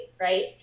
right